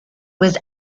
was